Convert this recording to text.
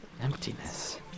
emptiness